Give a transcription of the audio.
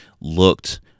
looked